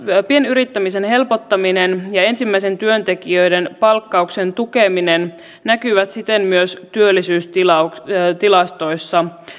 pienyrittämisen helpottaminen ja ensimmäisen työntekijän palkkauksen tukeminen näkyvät siten myös työllisyystilastoissa